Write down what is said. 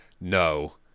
no